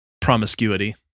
promiscuity